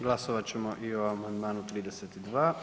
Glasovat ćemo i o amandmanu 32.